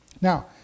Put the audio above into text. Now